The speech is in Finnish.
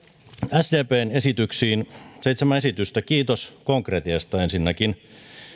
sdpn esityksiin seitsemän esitystä kiitos konkretiasta ensinnäkin